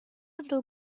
little